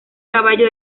caballo